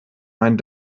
meinen